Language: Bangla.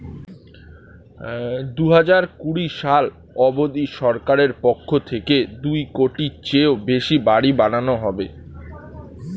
দুহাজার কুড়ি সাল অবধি সরকারের পক্ষ থেকে দুই কোটির চেয়েও বেশি বাড়ি বানানো হবে